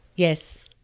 yes.